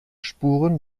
spuren